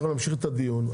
אנחנו נמשיך את הדיון.